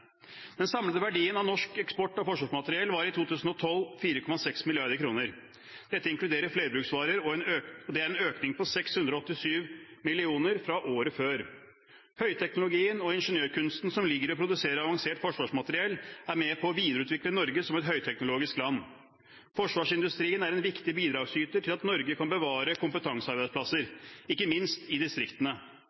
Den samlede verdien av norsk eksport av forsvarsmateriell var i 2012 4,6 mrd. kr. Dette inkluderer flerbruksvarer. Det er en økning på 687 mill. kr fra året før. Høyteknologien og ingeniørkunsten som ligger i å produsere avansert forsvarsmateriell, er med på å videreutvikle Norge som et høyteknologisk land. Forsvarsindustrien er en viktig bidragsyter til at Norge kan bevare kompetansearbeidsplasser, ikke minst i distriktene.